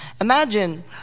imagine